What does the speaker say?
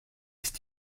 ist